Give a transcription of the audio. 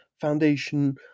foundation